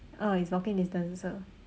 uh it's walking distance so